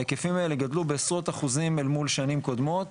ההיקפים האלה גדלו בעשרות אחוזים אל מול שנים קודמות.